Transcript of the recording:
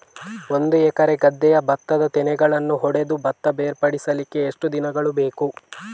ಒಂದು ಎಕರೆ ಗದ್ದೆಯ ಭತ್ತದ ತೆನೆಗಳನ್ನು ಹೊಡೆದು ಭತ್ತ ಬೇರ್ಪಡಿಸಲಿಕ್ಕೆ ಎಷ್ಟು ದಿನಗಳು ಬೇಕು?